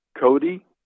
Cody